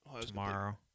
tomorrow